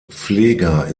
pfleger